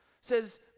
says